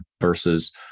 versus